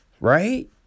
right